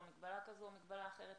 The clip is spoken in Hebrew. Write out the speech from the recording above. לא מגבלה כזו או אחרת,